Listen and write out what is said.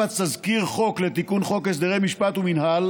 הופץ תזכיר חוק לתיקון חוק הסדרי משפט ומינהל